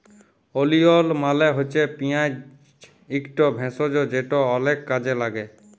ওলিয়ল মালে হছে পিয়াঁজ ইকট ভেষজ যেট অলেক কাজে ল্যাগে